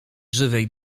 żywej